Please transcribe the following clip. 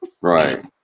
right